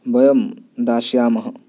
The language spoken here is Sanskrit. वयं दास्यामः